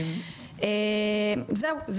זהו.